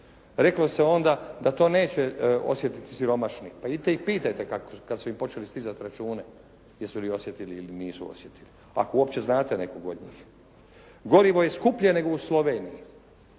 Reklo se onda da to neće osjetiti siromašni, pa idite ih pitajte kad su im počeli stizati računi jesu li osjetili ili nisu osjetili ako uopće znate nekog od njih. Gorivo je skuplje nego u Sloveniji.